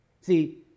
See